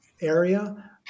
area